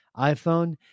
iPhone